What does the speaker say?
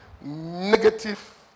Negative